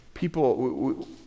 People